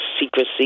secrecy